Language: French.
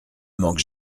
manque